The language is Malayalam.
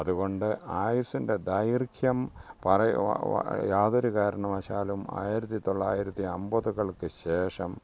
അതുകൊണ്ട് ആയുസ്സിൻ്റെ ദൈർഘ്യം പറ യാതൊരു കാരണവശാലും ആയിരത്തി തൊള്ളായിരത്തി അമ്പതുകൾക്ക് ശേഷം